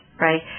right